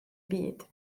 byd